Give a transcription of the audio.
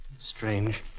Strange